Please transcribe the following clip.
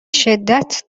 شدت